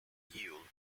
yule